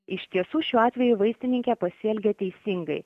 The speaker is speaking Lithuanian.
iš tiesų šiuo atveju vaistininkė pasielgė teisingai